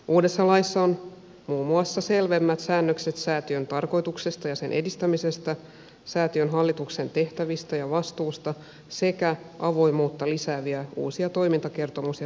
uudessa laissa on muun muassa selvemmät säännökset säätiön tarkoituksesta ja sen edistämisestä säätiön hallituksen tehtävistä ja vastuusta sekä avoimuutta lisääviä uusia toimintakertomus ja tilinpäätösvaatimuksia